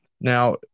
Now